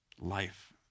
life